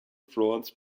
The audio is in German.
france